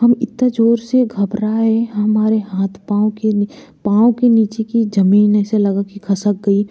हम इतना जोर से घबराए हमारे हाँथ पाँव के पाँव के नीचे की ज़मीन ऐसा लगा कि खिसक गई